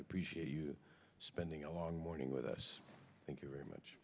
appreciate you spending a long morning with us thank you very much